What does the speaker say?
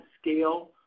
scale